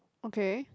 okay